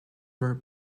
were